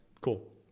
Cool